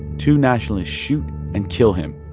two nationalists shoot and kill him.